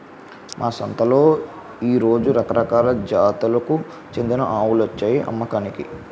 మా సంతలో ఈ రోజు రకరకాల జాతులకు చెందిన ఆవులొచ్చాయి అమ్మకానికి